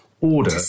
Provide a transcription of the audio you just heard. order